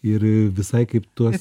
ir i visai kaip tuos